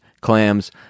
Clams